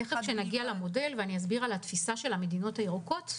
כשנגיע למודל ואני אסביר על התפיסה של המדינות הירוקות,